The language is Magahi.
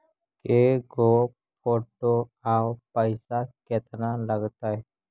के गो फोटो औ पैसा केतना लगतै?